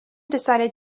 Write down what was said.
decided